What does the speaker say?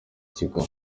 kigo